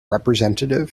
representative